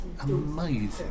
amazing